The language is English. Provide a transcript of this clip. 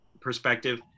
perspective